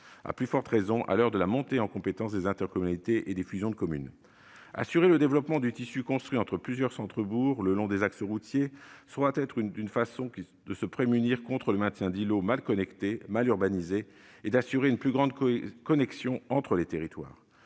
à plus forte raison à l'heure des fusions de communes et de la montée en compétence des intercommunalités. Assurer le développement du tissu construit entre plusieurs centres-bourgs, le long des axes routiers, sera une façon de se prémunir contre le maintien d'îlots mal connectés et mal urbanisés et d'assurer une plus grande connexion entre les territoires.